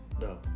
no